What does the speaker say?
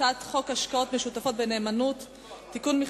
הצעת חוק השקעות משותפות בנאמנות (תיקון,